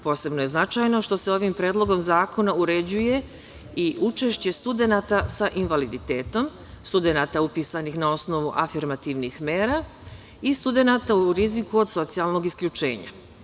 Posebno je značajno što se ovim predlogom zakona uređuje i učešće studenata sa invaliditetom, studenata upisanih na osnovu afirmativnih mera i studenata u riziku od socijalnog isključenja.